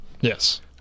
Yes